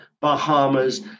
Bahamas